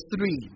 three